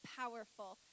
powerful